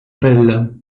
bel